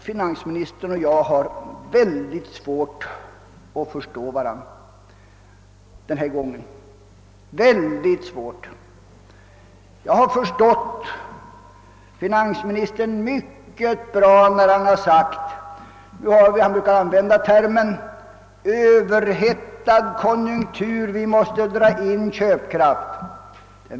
Finansministern och jag har den här gången svårt att förstå varandra — mycket svårt. Jag har förstått finansministern mycket bra när han har brukat an vända termen överhettad konjunktur och sagt att vi därför måste dra in köpkraft.